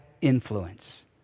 influence